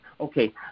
Okay